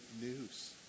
news